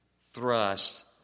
thrust